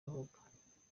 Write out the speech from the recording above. avuga